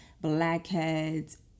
blackheads